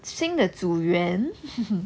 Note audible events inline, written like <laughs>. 新的组员 <laughs>